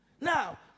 Now